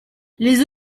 les